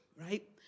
right